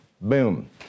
Boom